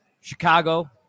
Chicago